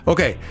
Okay